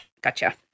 Gotcha